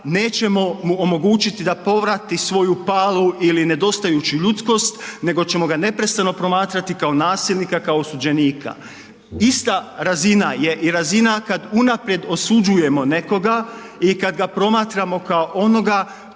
nećemo mu omogućiti da povrati svoju palu ili nedostajuću ljudskost nego ćemo ga neprestano promatrati kao nasilnika kao osuđenika. Ista razina je i razina kada unaprijed osuđujemo nekoga i kada ga promatramo kao onoga